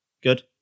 good